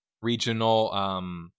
regional